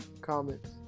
comments